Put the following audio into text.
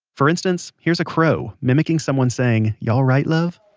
for instance, here's a crow mimicking someone saying y'alright love.